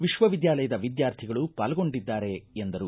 ವಿಶ್ವವಿದ್ಯಾಲಯದ ವಿದ್ಯಾರ್ಥಿಗಳು ಪಾಲ್ಗೊಂಡಿದ್ದಾರೆ ಎಂದರು